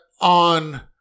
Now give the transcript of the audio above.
on